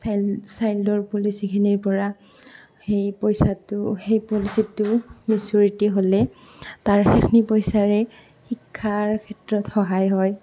child চাইল্ডৰ পলিচিখিনিৰ পৰা সেই পইচাটো সেই পলিচিটো মেচুইৰিটী হ'লে তাৰ সেইখিনি পইচাৰে শিক্ষাৰ ক্ষেত্ৰত সহায় হয়